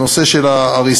הנושא של ההריסה,